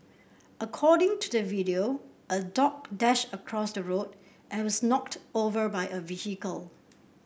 according to the video a dog dashed across the road and was knocked over by a vehicle